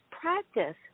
practice